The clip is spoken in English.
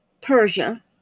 Persia